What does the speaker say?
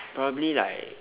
probably like